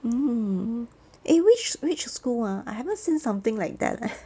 mm eh which which school ah I haven't seen something like that leh